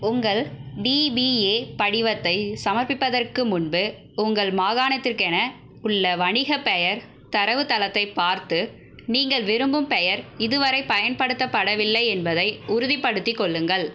உங்கள் பிபிஏ படிவத்தைச் சமர்ப்பிப்பதற்கு முன்பு உங்கள் மாகாணத்திற்கென உள்ள வணிகப் பெயர் தரவுத்தளத்தைப் பார்த்து நீங்கள் விரும்பும் பெயர் இதுவரை பயன்படுத்தப்படவில்லை என்பதை உறுதிப்படுத்திக் கொள்ளுங்கள்